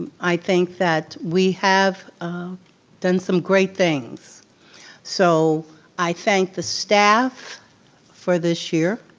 i think that we have done some great things so i thank the staff for this year.